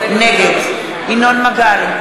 נגד ינון מגל,